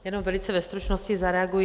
Jenom velice ve stručnosti zareaguji.